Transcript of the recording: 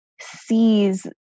sees